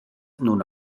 nun